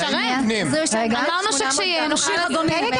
אמרנו שכשיהיה, נוכל לבוא.